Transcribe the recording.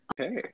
Okay